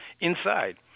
inside